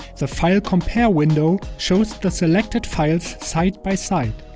the file compare window shows the selected files side by side.